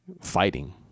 fighting